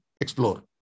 explore